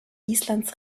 islands